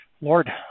Lord